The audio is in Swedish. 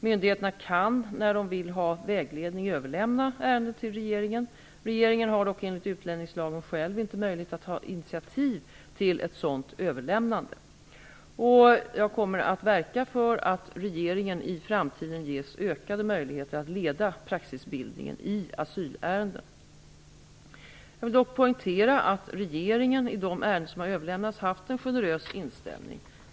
Myndigheterna kan när de vill ha vägledning, överlämna ärenden till regeringen. Regeringen har dock, enligt utlänningslagen, själv inte möjlighet att ta initiativ till ett sådant överlämnande. Jag kommer att verka för att regeringen i framtiden ges ökade möjligheter att leda praxisbildningen i asylärenden. Jag vill dock poängtera att regeringen, i de ärenden som har överlämnats, haft en generös inställning.